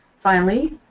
finally,